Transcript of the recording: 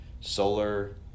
solar